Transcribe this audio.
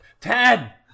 Ten